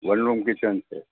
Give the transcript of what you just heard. one room kitchen છે